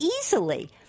easily